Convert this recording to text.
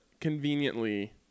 conveniently